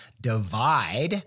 divide